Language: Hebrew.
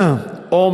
או,